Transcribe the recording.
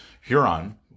Huron